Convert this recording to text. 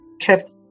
kept